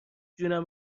جونم